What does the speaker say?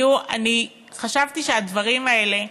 תראו, אני חשבתי שהדברים האלה,